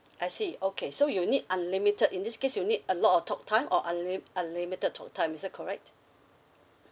I see okay so you need unlimited in this case you need a lot of talktime or unlim~ unlimited talktime is that correct